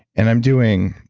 and i'm doing.